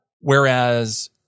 whereas